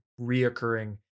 reoccurring